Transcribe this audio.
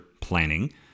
planning